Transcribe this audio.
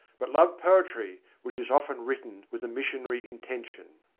but love-poetry which is often written with a missionary intention.